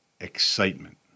excitement